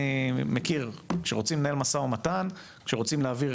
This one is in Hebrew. אני מכיר כשרוצים לנהל משא ומתן שרוצים להעביר